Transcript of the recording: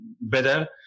better